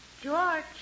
George